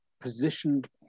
positioned